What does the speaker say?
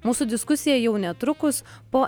mūsų diskusija jau netrukus po